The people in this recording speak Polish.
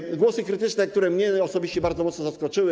Chodzi o głosy krytyczne, które mnie osobiście bardzo mocno zaskoczyły.